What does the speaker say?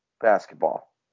basketball